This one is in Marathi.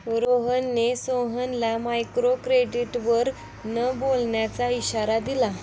रोहनने सोहनला मायक्रोक्रेडिटवर न बोलण्याचा इशारा दिला